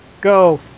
go